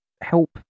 help